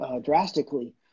drastically